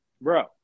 bro